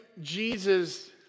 Jesus